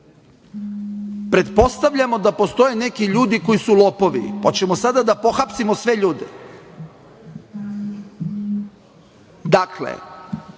Pretpostavljamo da postoje neki ljudi koji su lopovi, pa ćemo sada da pohapsimo sve ljude. Dakle,